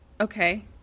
Okay